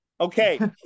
Okay